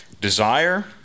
desire